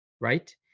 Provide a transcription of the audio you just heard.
right